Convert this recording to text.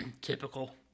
Typical